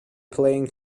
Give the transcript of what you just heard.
playing